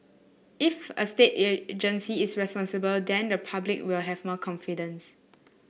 if a state agency is responsible then the public will have more confidence